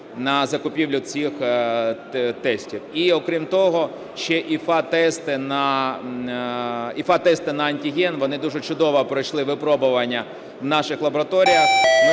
на закупівлю цих тестів. І окрім того ще ІФА-тести на антиген, вони дуже чудово пройшли випробування у наших лабораторіях,